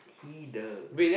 he does